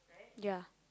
ya